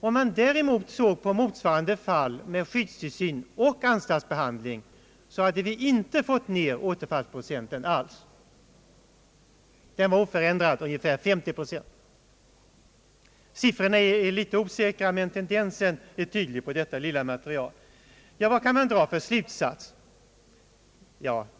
Om man däremot såg på motsvarande fall med skyddstillsyn jämte anstaltsbehandling, fann man att återfallsprocenten inte hade gått ned. Den var oförändrad, omkring 50 procent. Siffrorna är litet osäkra, men tendensen är tydlig när det gäller detta lilla material. Vad kan man dra för slutsats?